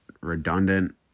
redundant